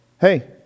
hey